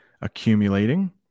accumulating